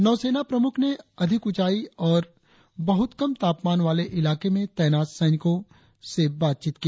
नौ सेना प्रमुख ने अधिक ऊंचाई और बहुत कम तापमान वाले इलाके में तैनात सैनिकों सहित बातचीत की